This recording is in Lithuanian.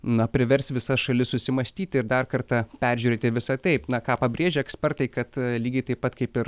na privers visas šalis susimąstyti ir dar kartą peržiūrėti visą taip na ką pabrėžia ekspertai kad lygiai taip pat kaip ir